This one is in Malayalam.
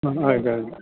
ആ ഓക്കെ ഓക്കെ